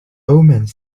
omens